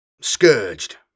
scourged